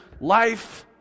life